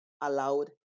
allowed